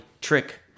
trick